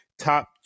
top